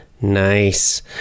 Nice